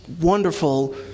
wonderful